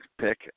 pick